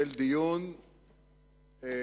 של דיון משולב